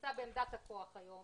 נמצא בעמדת הכוח היום